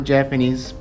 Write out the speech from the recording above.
Japanese